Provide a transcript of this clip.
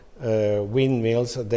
windmills